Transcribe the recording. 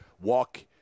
walk